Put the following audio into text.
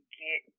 get